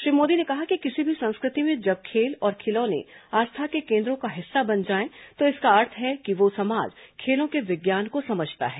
श्री मोदी ने कहा कि किसी भी संस्कृति में जब खेल और खिलौने आस्था के केन्द्रों का हिस्सा बन जाए तो इसका अर्थ है कि वो समाज खेलों के विज्ञान को समझता है